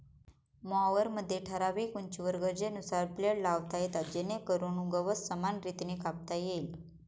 मॉवरमध्ये ठराविक उंचीवर गरजेनुसार ब्लेड लावता येतात जेणेकरून गवत समान रीतीने कापता येईल